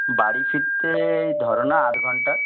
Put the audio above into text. বাড়ি ফিরতে এই ধরো না আধ ঘণ্টা